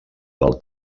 del